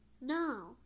No